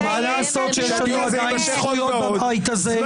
לעשות, שיש לנו עדיין זכויות בבית הזה?